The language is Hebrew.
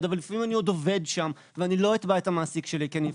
אבל לפעמים אני עוד עובד שם ואני לא אתבע את המעסיק שלי כי אני יפוטר.